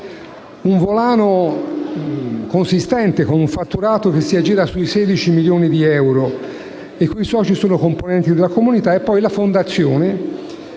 un volano consistente con un fatturato che si aggira sui 16 milioni di euro, i cui soci sono componenti della comunità. Infine, la fondazione,